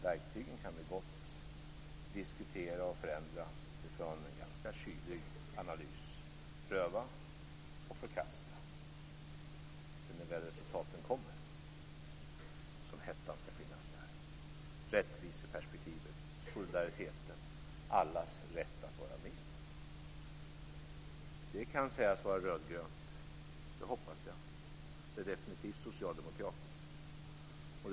Verktygen kan vi gott diskutera och förändra utifrån en ganska kylig analys. Dem kan vi pröva och förkasta. Men det är när resultaten väl kommer som hettan skall finnas där. Det är då rättviseperspektivet, solidariteten och allas rätt att vara med skall finnas där. Det kan sägas vara rödgrönt. Det hoppas jag. Det är definitivt socialdemokratiskt.